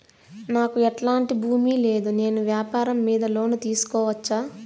నాకు ఎట్లాంటి భూమి లేదు నేను వ్యాపారం మీద లోను తీసుకోవచ్చా?